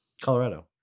Colorado